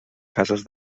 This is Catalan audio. cases